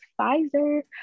Pfizer